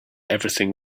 everything